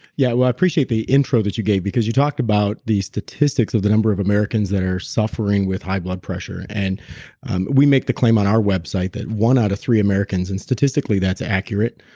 yeah, well i appreciate the intro that you gave, because you talked about the statistics of the number of americans that are suffering with high blood pressure. and and we make the claim on our website that one out of three americans and statistically that's accurate,